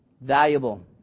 Valuable